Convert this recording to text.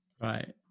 Right